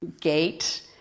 gate